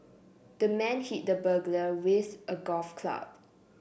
the man hit the burglar with a golf club